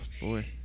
boy